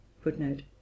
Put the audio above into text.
Footnote